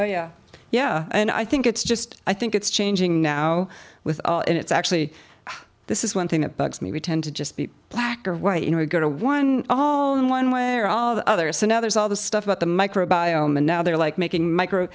oh yeah yeah and i think it's just i think it's changing now with it's actually this is one thing that bugs me we tend to just be black or white you know we go to one all in one way or all the other so now there's all the stuff about the micro biome and now they're like making micro